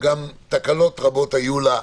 היו לה תקלות רבות.